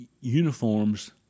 uniforms